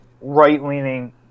right-leaning